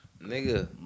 Nigga